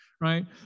right